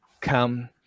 come